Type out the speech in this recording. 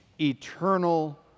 eternal